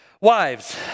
Wives